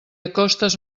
acostes